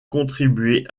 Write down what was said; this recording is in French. contribué